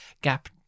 gap